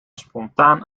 spontaan